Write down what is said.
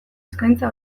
eskaintza